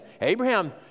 Abraham